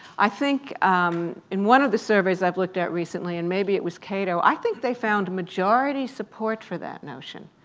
i think in one of the surveys i've looked at recently, and maybe it was cato, i think they found majority support for that notion,